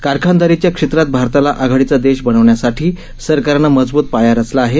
कारखानदारीच्या क्षेत्रात भारताला आघाडीचा देश बनवण्यासाठी सरकारनं मजबूत पाया रचला आहे